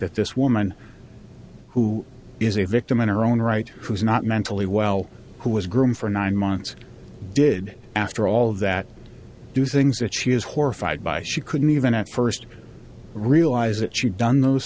that this woman who is a victim in her own right who is not mentally well who was groomed for nine months did after all of that do things that she is horrified by she couldn't even at first realize that she done those